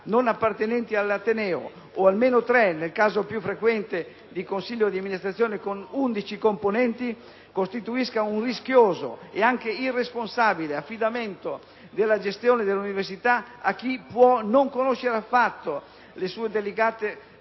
non appartenenti all'ateneo (e almeno 3 nel caso più frequente di consiglio di amministrazione con 11 componenti) costituisca un rischioso e anche irresponsabile affidamento della gestione dell'università a chi può non conoscere affatto le sue delicate